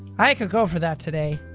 i could go for that today.